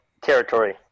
territory